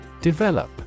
Develop